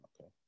Okay